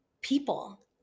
people